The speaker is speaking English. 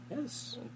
Yes